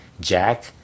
Jack